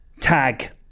Tag